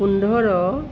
পোন্ধৰ